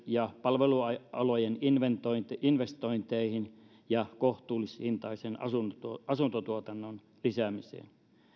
ja palvelualojen investointeihin ja kohtuullishintaisen asuntotuotannon lisäämiseen